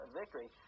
victory